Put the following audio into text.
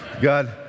God